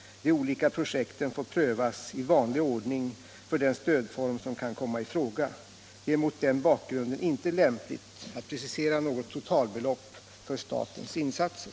De olika projekten får prövas i vanlig ordning för den stödform som kan komma i fråga. Det är mot den bakgrunden inte lämpligt att precisera något totalbelopp för statens insatser.